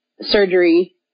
surgery